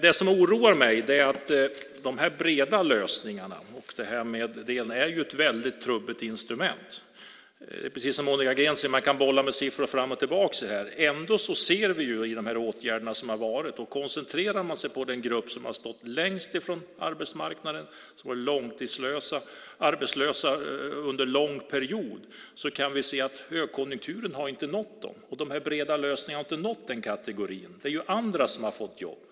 Det som oroar mig är de breda lösningarna. Det är ett väldigt trubbigt instrument. Det är precis som Monica Green sade. Man kan bolla med siffror fram och tillbaka. Vi ser ändå de åtgärder som har gjorts. Koncentrerar man sig på den grupp som har stått längst från arbetsmarknaden och varit långtidsarbetslösa under en lång period kan vi se att högkonjunkturen inte har nått de människorna. De breda lösningarna har inte nått den kategorin. Det är andra som har fått jobb.